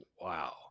Wow